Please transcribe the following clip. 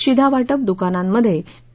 शिधा वाटप दुकानांमध्ये पी